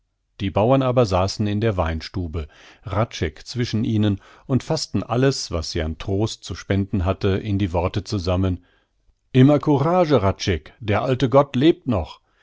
die bauern aber saßen in der weinstube hradscheck zwischen ihnen und faßten alles was sie an trost zu spenden hatten in die worte zusammen immer courage hradscheck der alte gott lebt noch